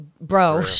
bro